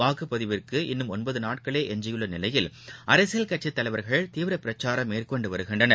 வாக்குப்பதிவிற்கு இன்னும் பத்துநாட்களே எஞ்சியுள்ளநிலையில் அரசியல் கட்சிதலைவர்கள் தீவிரபிரச்சாரம் மேற்கொண்டுவருகின்றனர்